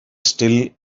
still